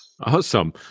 awesome